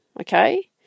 okay